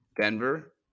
Denver